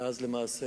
למעשה,